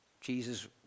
Jesus